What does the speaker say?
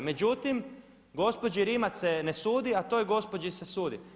Međutim, gospođi Rimac se ne sudi, a toj gospođi se sudi.